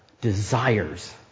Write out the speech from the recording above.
desires